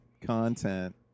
content